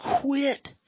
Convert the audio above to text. quit